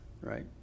right